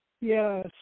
Yes